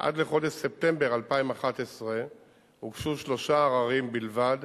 עד לחודש ספטמבר 2011 הוגשו שלושה עררים בלבד